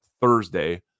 Thursday